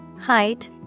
height